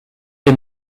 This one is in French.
est